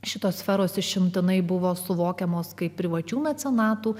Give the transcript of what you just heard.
šitos sferos išimtinai buvo suvokiamos kaip privačių mecenatų